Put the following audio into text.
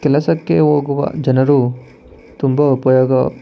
ಕೆಲಸಕ್ಕೆ ಹೋಗುವ ಜನರು ತುಂಬ ಉಪಯೋಗ